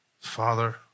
Father